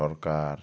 সরকার